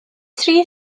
tri